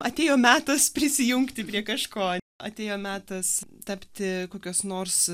atėjo metas prisijungti prie kažko atėjo metas tapti kokios nors